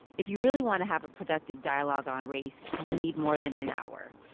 if you really want to have a productive dialogue on race, you need more than an hour.